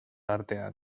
artean